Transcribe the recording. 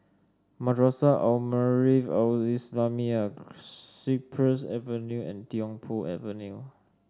Madrasah Al Maarif Al Islamiah Cypress Avenue and Tiong Poh Avenue